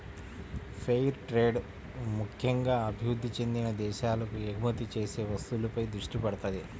fair trade ముక్కెంగా అభివృద్ధి చెందిన దేశాలకు ఎగుమతి చేసే వస్తువులపై దృష్టి పెడతది